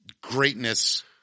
greatness